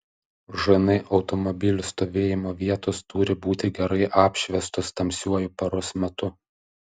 žn automobilių stovėjimo vietos turi būti gerai apšviestos tamsiuoju paros metu